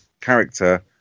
character